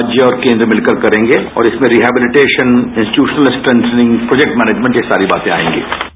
बाकी राज्य और केन्द्र मिलकर करेंगे और इसमें rehabilitation institutional strengthening project management ये सारी बातें आएगी